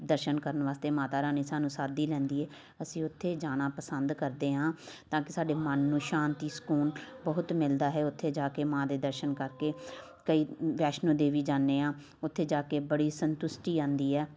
ਦਰਸ਼ਨ ਕਰਨ ਵਾਸਤੇ ਮਾਤਾ ਰਾਣੀ ਸਾਨੂੰ ਸੱਦ ਹੀ ਲੈਂਦੀ ਹੈ ਅਸੀਂ ਉੱਥੇ ਜਾਣਾ ਪਸੰਦ ਕਰਦੇ ਹਾਂ ਤਾਂ ਕਿ ਸਾਡੇ ਮਨ ਨੂੰ ਸ਼ਾਂਤੀ ਸਕੂਨ ਬਹੁਤ ਮਿਲਦਾ ਹੈ ਉੱਥੇ ਜਾ ਕੇ ਮਾਂ ਦੇ ਦਰਸ਼ਨ ਕਰਕੇ ਕਈ ਵੈਸ਼ਨੋ ਦੇਵੀ ਜਾਂਦੇ ਹਾਂ ਉੱਥੇ ਜਾ ਕੇ ਬੜੀ ਸੰਤੁਸ਼ਟੀ ਆਉਂਦੀ ਏ